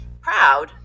proud